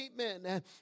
amen